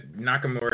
Nakamura